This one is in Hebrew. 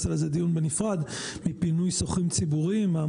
ונקיים על זה דיון בנפרד,